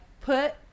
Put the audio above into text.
put